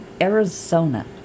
Arizona